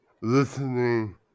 listening